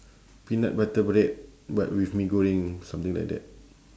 peanut butter bread but with mee goreng something like that